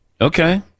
Okay